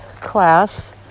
class